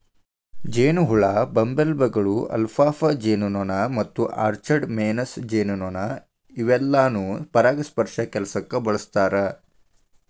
ಜೇನಹುಳ, ಬಂಬಲ್ಬೇಗಳು, ಅಲ್ಫಾಲ್ಫಾ ಜೇನುನೊಣ ಮತ್ತು ಆರ್ಚರ್ಡ್ ಮೇಸನ್ ಜೇನುನೊಣ ಇವೆಲ್ಲಾನು ಪರಾಗಸ್ಪರ್ಶ ಕೆಲ್ಸಕ್ಕ ಬಳಸ್ತಾರ